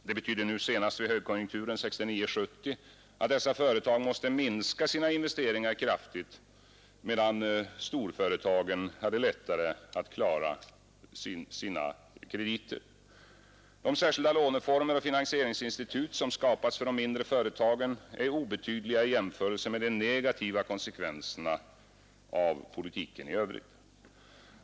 Det betydde nu senast vid högkonjunkturen 1969—1970 att dessa företag måste minska sina investeringar kraftigt, medan storföretagen knappast drabbades. De särskilda låneformer och finansieringsinstitut, som skapats för de mindre företagen, är obetydliga i jämförelse med de negativa konsekvenserna av regeringens allmänna politik.